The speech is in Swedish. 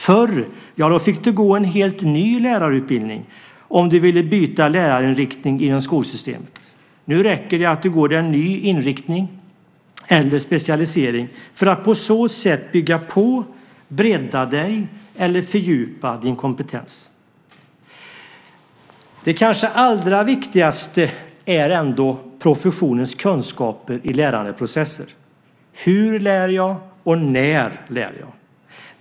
Förr fick du gå en helt ny lärarutbildning om du ville byta lärarinriktning inom skolsystemet. Nu räcker det att du går en ny inriktning eller specialisering för att på så sätt bygga på, bredda dig eller fördjupa din kompetens. Det kanske allra viktigaste ändå är professionens kunskaper i lärandeprocesser. Hur lär jag? Och när lär jag?